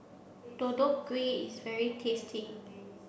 Deodeok Gui is very tasty